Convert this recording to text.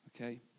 okay